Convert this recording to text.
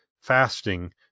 fasting